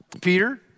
Peter